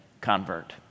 convert